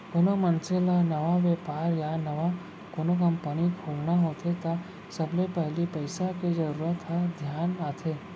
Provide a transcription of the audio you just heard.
कोनो मनसे ल नवा बेपार या नवा कोनो कंपनी खोलना होथे त सबले पहिली पइसा के जरूरत ह धियान आथे